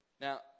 Now